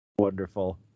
wonderful